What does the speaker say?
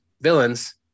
villains